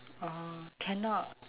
orh cannot